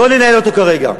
לא ננהל אותו כרגע.